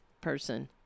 person